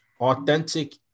authentic